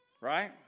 right